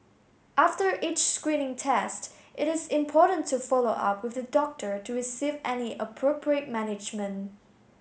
after each screening test it is important to follow up with the doctor to receive any appropriate management